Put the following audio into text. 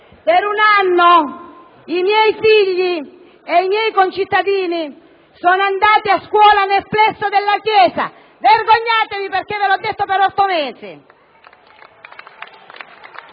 Per un anno i miei figli e quelli dei miei concittadini sono andati a scuola nel plesso della Chiesa: vergognatevi, perché ve l'ho ripetuto per otto mesi!